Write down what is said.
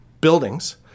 buildings